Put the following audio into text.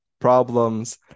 problems